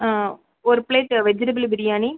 ஒரு plate vegetable biryani